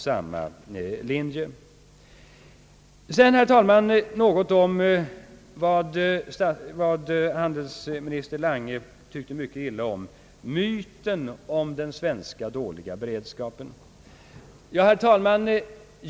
Sedan, herr talman, ett ord om vad handelsminister Lange tyckte mycket illa om, »myten om den dåliga svenska beredskapen».